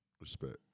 Respect